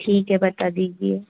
ठीक है बता दीजिए